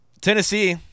Tennessee